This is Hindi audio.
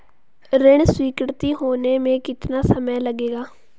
ऋण स्वीकृति होने में कितना समय लगेगा?